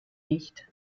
nicht